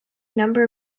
number